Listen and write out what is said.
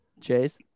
Chase